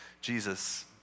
Jesus